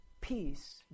peace